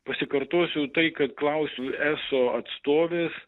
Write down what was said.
pasikartosiu tai kad klausiu eso atstovės